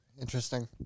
Interesting